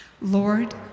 Lord